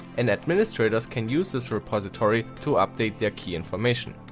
and administrators can use this repository to update their key information.